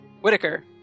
Whitaker